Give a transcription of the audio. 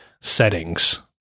settings